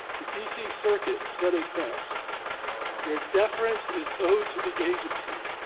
the d c. circuit said it best where deference is owed to the agency,